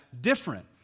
Different